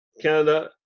Canada